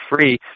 free